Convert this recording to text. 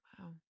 Wow